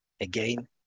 Again